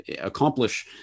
accomplish